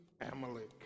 Amalek